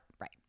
right